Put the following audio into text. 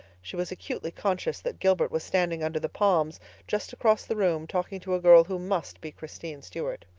she was acutely conscious that gilbert was standing under the palms just across the room talking to a girl who must be christine stuart.